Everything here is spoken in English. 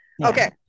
Okay